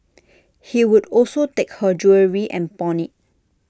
he would also take her jewellery and pawn IT